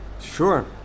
Sure